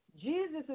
Jesus